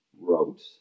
wrote